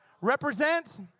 represent